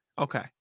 Okay